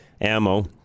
ammo